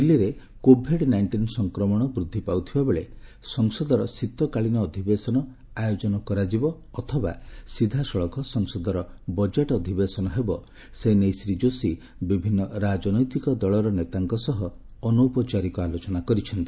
ଦିଲ୍ଲୀରେ covid nineteen ସଂକ୍ରମଣ ବୃଦ୍ଧି ପାଉଥିବାବେଳେ ସଂସଦର ଶୀତକାଳୀନ ଅଧିବେଶନ ଆୟୋଜନ କରାଯିବ ଅଥବା ସିଧାସଳଖ ସଂସଦର ବଜେଟ୍ ଅଧିବେଶନ ହେବ ସେନେଇ ଶ୍ରୀ ଯୋଶୀ ବିଭିନ୍ନ ରାଜନୈତିକ ଦଳର ନେତାଙ୍କ ସହ ଅନୌପଚାରିକ ଆଲୋଚନା କରିଛନ୍ତି